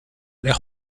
l’air